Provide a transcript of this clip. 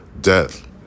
death